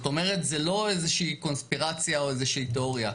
זה לא איזושהי קונספירציה או איזושהי תיאוריה.